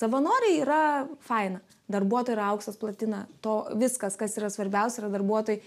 savanoriai yra faina darbuotojai yra auksas platina to viskas kas yra svarbiausia yra darbuotojai